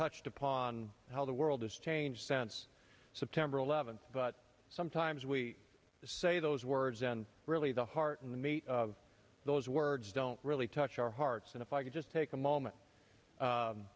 touched upon how the world has changed since september eleventh but sometimes we say those words and really the heart and the meat of those words don't really touch our hearts and if i could just take a moment